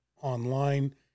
online